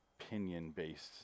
opinion-based